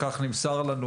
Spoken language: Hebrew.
כך נמסר לנו,